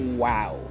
wow